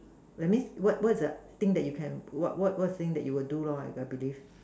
that means what what's the thing that you can what what what thing that you will do lor I believe